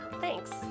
Thanks